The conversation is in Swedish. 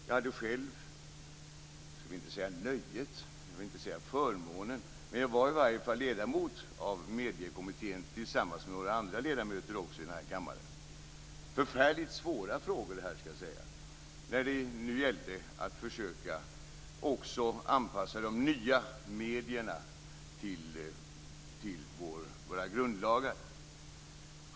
Jag skall inte säga att det var ett nöje eller en förmån att sitta i den kommittén, men jag var, tillsammans med några andra riksdagsledamöter, i alla fall ledamot i kommittén. Det är förfärligt svåra frågor, skall jag säga. Det gällde att också försöka anpassa de nya medierna till våra grundlagar.